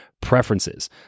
preferences